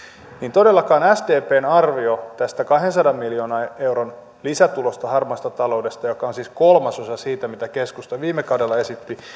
todellakaan sdpn arvio tästä kahdensadan miljoonan euron lisätulosta harmaasta taloudesta joka on siis kolmasosa siitä mitä keskusta viime kaudella esitti